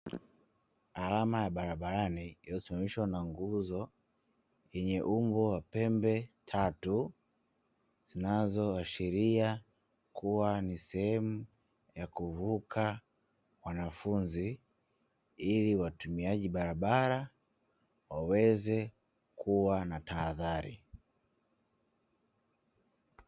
Alama ya barabarani iliyosimamishwa na nguzo yenye umbo la pembe tatu zinazoashiria kuwa ni sehemu ya kuvuka wanafunzi ili watumiaji barabara waweze kuwa na tahadhari.